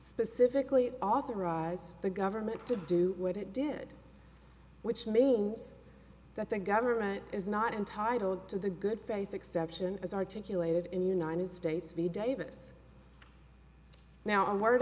specifically authorize the government to do what it did which means that the government is not entitled to the good faith exception as articulated in united states v davis now i'm worried